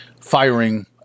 firing